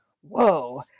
whoa